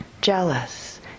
jealous